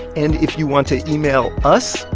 and if you want to email us,